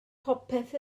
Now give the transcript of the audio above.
popeth